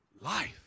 life